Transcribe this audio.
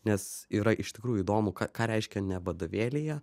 nes yra iš tikrųjų įdomu ką ką reiškia ne vadovėlyje